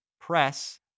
PRESS